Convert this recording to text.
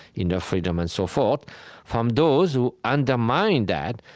inner freedom, and so forth from those who undermine that,